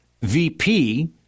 VP